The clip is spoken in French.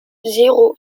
zéro